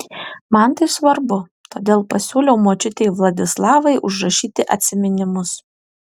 man tai svarbu todėl pasiūliau močiutei vladislavai užrašyti atsiminimus